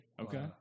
Okay